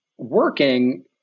working